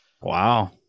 wow